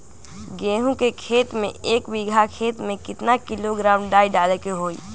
गेहूं के खेती में एक बीघा खेत में केतना किलोग्राम डाई डाले के होई?